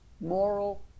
moral